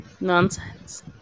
nonsense